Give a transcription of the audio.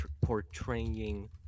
portraying